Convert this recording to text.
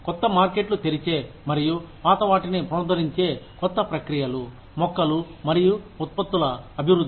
కొత్త మార్కెట్లు తెరిచే మరియు పాత వాటిని పునరుద్ధరించే కొత్త ప్రక్రియలు మొక్కలు మరియు ఉత్పత్తుల అభివృద్ధి